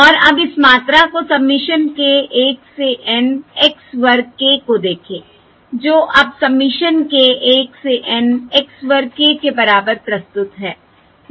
और अब इस मात्रा को सबमिशन k 1 से N x वर्ग k को देखें जो अब सबमिशन k 1 से N x वर्ग k के बराबर प्रस्तुत है